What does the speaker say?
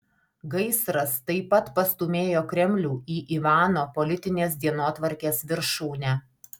gaisras taip pat pastūmėjo kremlių į ivano politinės dienotvarkės viršūnę